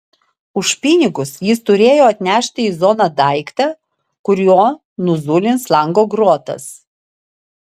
už pinigus jis turėjo atnešti į zoną daiktą kuriuo nuzulins lango grotas